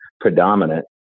predominant